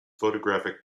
photographic